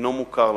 אינו מוכר למערכת.